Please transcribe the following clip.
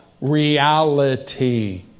reality